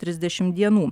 trisdešim dienų